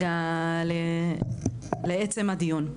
לעצם הדיון,